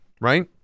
Right